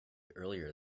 earlier